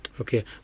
Okay